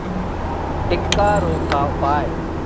टिक्का रोग का उपाय?